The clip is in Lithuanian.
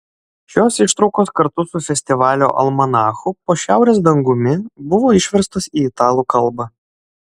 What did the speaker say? šios ištraukos kartu su festivalio almanachu po šiaurės dangumi buvo išverstos į italų kalbą